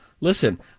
Listen